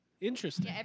interesting